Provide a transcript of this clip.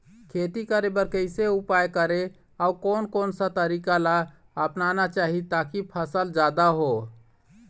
खेती करें बर कैसे उपाय करें अउ कोन कौन सा तरीका ला अपनाना चाही ताकि फसल जादा हो?